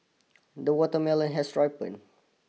the watermelon has ripen